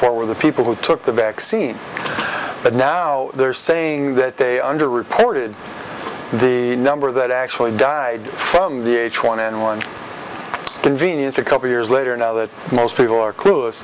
were the people who took the vaccine but now they're saying that they under reported the number that actually died from the h one n one convenience a couple years later now that most people are cl